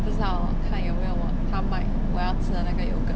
不知道看有没有它卖我要吃的那个 yogurt